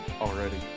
already